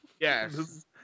Yes